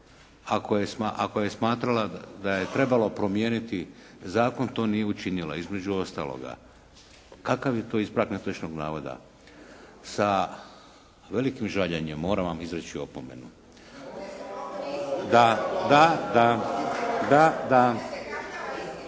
ako je smatrala da je trebalo promijeniti zakon to nije učinila, između ostaloga. Kakav je to ispravak netočnog navoda? Sa velikim žaljenjem moram vam izreći opomenu. … /Upadica